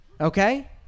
okay